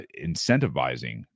incentivizing